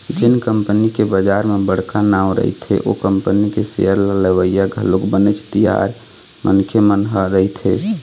जेन कंपनी के बजार म बड़का नांव रहिथे ओ कंपनी के सेयर ल लेवइया घलोक बनेच तियार मनखे मन ह रहिथे